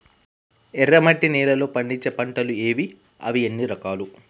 ఎర్రమట్టి నేలలో పండించే పంటలు ఏవి? అవి ఎన్ని రకాలు?